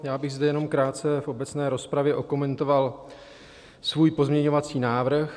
Já bych zde jenom krátce v obecné rozpravě okomentoval svůj pozměňovací návrh.